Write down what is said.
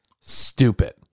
Stupid